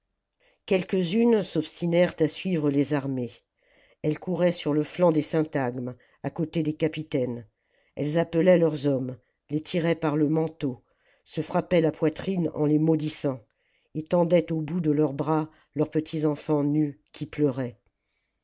quelques-unes s'obstinèrent à suivre les armées elles couraient sur le hanc des syntagmes à côté des capitaines elles appelaient leurs hommes les tiraient par le manteau se frappaient la poitrine en les maudissant et tendaient au bout de leurs bras leurs petits enfants nus qui pleuraient